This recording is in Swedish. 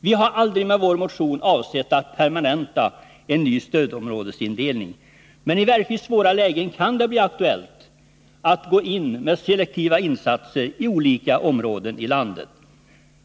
Vi har aldrig med vår motion avsett att permanenta en ny stödområdesindelning, men i verkligt svåra lägen kan det bli aktuellt att gå in med selektiva insatser i olika områden av landet.